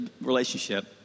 relationship